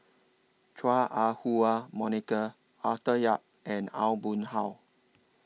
Chua Ah Huwa Monica Arthur Yap and Aw Boon Haw